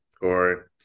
Corey